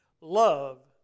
Love